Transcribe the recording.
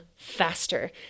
Faster